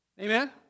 Amen